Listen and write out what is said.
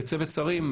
צוות שרים,